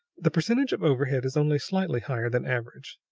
the percentage of overhead is only slightly higher than average.